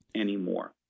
anymore